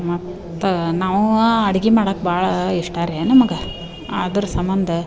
ಮತ್ತು ನಾವು ಅಡ್ಗೆ ಮಾಡಕ್ಕೆ ಭಾಳ ಇಷ್ಟ ರೀ ನಮಗೆ ಅದ್ರ ಸಂಬಂಧ